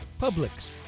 Publix